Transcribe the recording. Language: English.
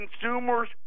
consumers